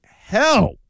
help